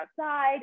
outside